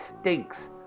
stinks